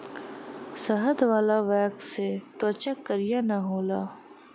शहद वाला वैक्स से त्वचा करिया ना होला